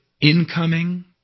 incoming